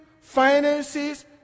finances